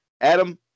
Adam